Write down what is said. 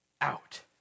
out